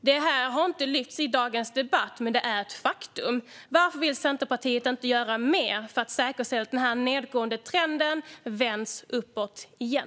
Det har inte lyfts fram i dagens debatt, men det är ett faktum. Varför vill Centerpartiet inte göra mer för att säkerställa att den nedåtgående trenden vänds uppåt igen?